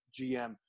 GM